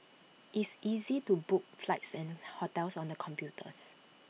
it's easy to book flights and hotels on the computers